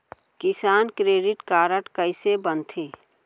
किसान credit card कइसे बनथे?